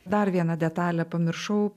dar vieną detalę pamiršau